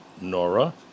Nora